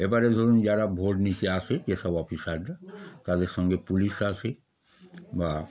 এবারে ধরুন যারা ভোট নিতে আসে যেসব অফিসাররা তাদের সঙ্গে পুলিশ আসে বা